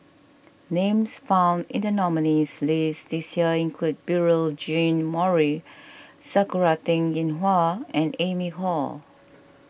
names found in the nominees' list this year include Beurel Jean Marie Sakura Teng Ying Hua and Amy Khor